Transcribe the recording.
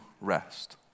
rest